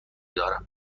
دارم